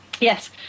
Yes